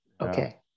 okay